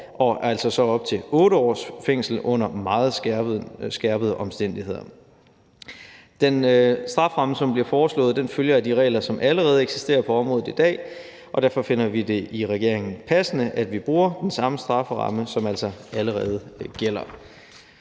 kan idømmes op til 8 års fængsel under meget skærpede omstændigheder. Den strafferamme, som bliver foreslået, følger af de regler, som allerede eksisterer på området i dag, og derfor finder vi det i regeringen passende, at vi bruger den samme strafferamme, som altså allerede gælder.